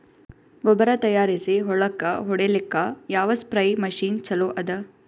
ಗೊಬ್ಬರ ತಯಾರಿಸಿ ಹೊಳ್ಳಕ ಹೊಡೇಲ್ಲಿಕ ಯಾವ ಸ್ಪ್ರಯ್ ಮಷಿನ್ ಚಲೋ ಅದ?